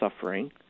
suffering